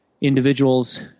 individuals